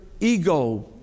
ego